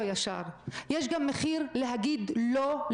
יהיה בובה,